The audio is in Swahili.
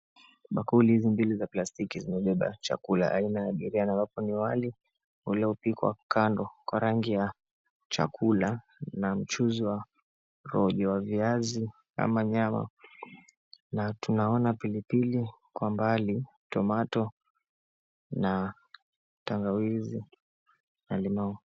Bakuli hizi mbili za plastiki zimebeba chakula aina ya biriyani na hapo ni wali, uliopikwa kukandwa kwa rangi ya chakula, na mchuzi wa rojo wa viazi, ama nyama. Na tunaona pilipili kwa mbali, tomato na tangawizi na limau.